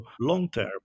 long-term